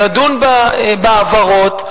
נדון בהבהרות.